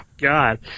God